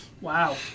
Wow